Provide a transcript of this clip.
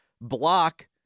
block